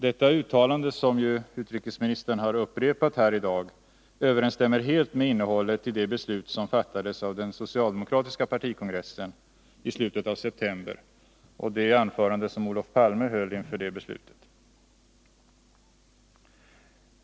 Detta uttalande, som utrikesministern har upprepat i dag, överensstämmer helt med innehållet i det beslut som fattades av den socialdemokratiska partikongressen i slutet av september och i ett anförande som Olof Palme höll före det beslutet.